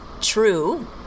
true